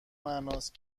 معناست